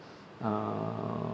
uh